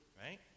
right